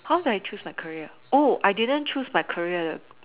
how do I choose my career I didn't choose my career